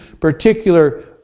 particular